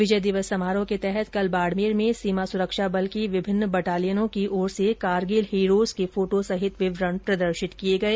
विजय दिवस समारोह के तहत कल बाडमेर में सीमा सुरक्षा बल की विभिन्न बटालियनों की ओर से कारगिल हीरोज के फोटो सहित विवरण प्रदर्शित किए गए